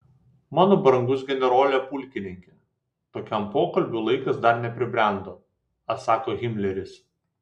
mano brangus generole pulkininke tokiam pokalbiui laikas dar nepribrendo atsakė himleris